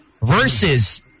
versus